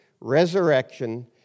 resurrection